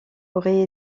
aurait